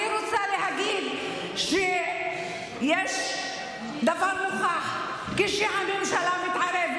אני רוצה להגיד שיש דבר מוכח: כשהממשלה מתערבת